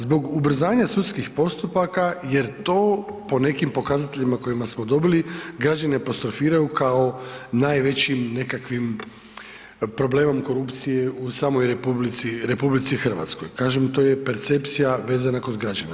Zbog ubrzanja sudskih postupaka jer to po nekim pokazateljima kojima smo dobili, građani apostrofiraju kao najvećim nekakvim problemom korupcije u samoj RH, kažem to je percepcija vezana kod građana.